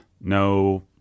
No